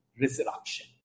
resurrection